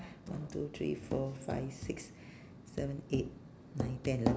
one two three four five six seven eight nine ten ele~